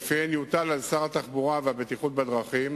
ולפיה יוטל על שר התחבורה והבטיחות בדרכים